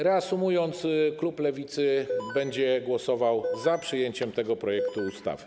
Reasumując, klub Lewicy, będzie głosował za przyjęciem tego projektu ustawy.